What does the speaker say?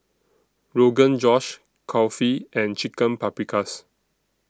Rogan Josh Kulfi and Chicken Paprikas